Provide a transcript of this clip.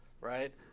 right